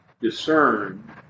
discern